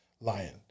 lion